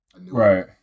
Right